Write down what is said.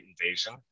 invasion